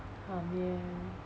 um ya